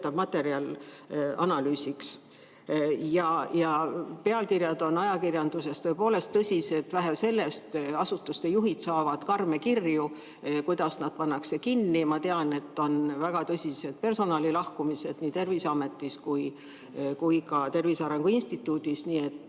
materjal analüüsiks. Pealkirjad on ajakirjanduses tõepoolest tõsised. Vähe sellest, asutuste juhid saavad karme kirju, kuidas nad pannakse kinni. Ja ma tean, et on väga tõsised personali lahkumised nii Terviseametis kui ka Tervise Arengu Instituudis. Kuidas